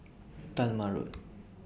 Talma Road